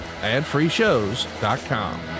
adfreeshows.com